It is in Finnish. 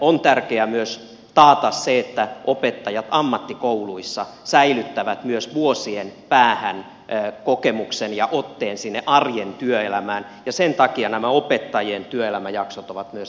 on tärkeää taata myös se että opettajat ammattikouluissa säilyttävät myös vuosien päähän kokemuksen ja otteen sinne arjen työelämään ja sen takia nämä opettajien työelämäjaksot ovat myös erittäin arvokkaita